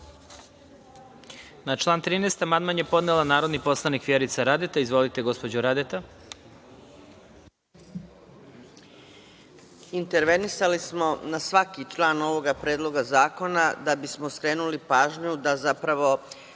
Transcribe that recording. član 13. amandman je podnela narodni poslanik Vjerica Radeta. Izvolite, gospođo Radeta. **Vjerica Radeta** Intervenisali smo na svaki član ovog predloga zakona da bismo skrenuli pažnju da Vlada